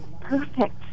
perfect